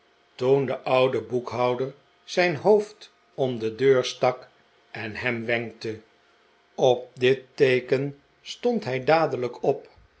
toen de oude boekhouder zijn hoofd om de deur stak en hem wenkte op dit teeken stond hij dadelijk op